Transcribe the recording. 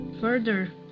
further